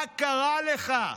מה קרה לך?